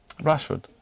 Rashford